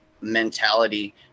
mentality